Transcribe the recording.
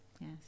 Yes